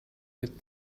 with